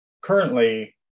currently